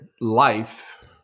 life